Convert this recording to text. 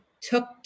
took